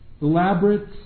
elaborate